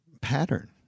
pattern